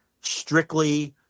strictly